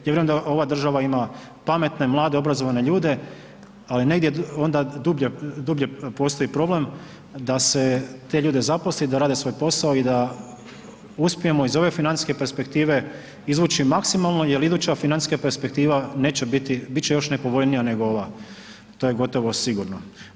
Ja vjerujem da ova država ima pametne, mlade obrazovane ljude ali negdje onda dublje postoji problem da se te ljude zaposli, da rade svoj posao i da uspijemo iz ove financijske perspektive izvući maksimalno jer iduća financijska perspektiva neće biti, biti će još nepovoljnija nego ova to je gotovo sigurno.